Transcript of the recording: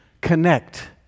connect